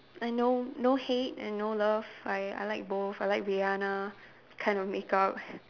uh no no hate and no love I I like both I like Rihanna kind of make up